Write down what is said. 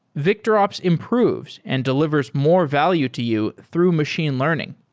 victorops improves and delivers more value to you through machine learning.